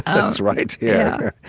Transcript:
it's right yeah